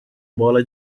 bola